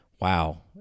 wow